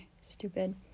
stupid